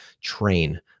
train